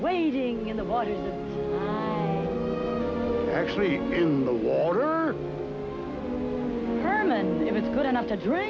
waiting in the water actually in the water and if it's good enough to drink